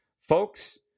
Folks